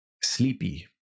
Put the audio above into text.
sleepy